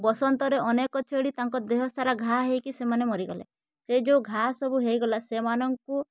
ବସନ୍ତରେ ଅନେକ ଛେଳି ତାଙ୍କ ଦେହସାରା ଘା ହେଇକି ସେମାନେ ମରିଗଲେ ସେ ଯେଉଁ ଘା ସବୁ ହେଇଗଲା ସେମାନଙ୍କୁ